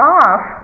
off